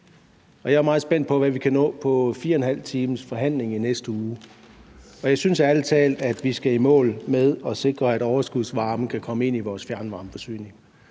jeg er meget spændt på, hvad vi kan nå på 4½ times forhandling i næste uge. Jeg synes ærlig talt, at vi skal i mål med at sikre, at overskudsvarme kan komme ind i vores fjernvarmeforsyning,